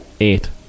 eight